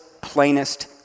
plainest